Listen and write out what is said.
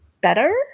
better